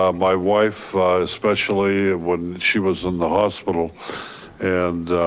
um my wife especially when she was in the hospital and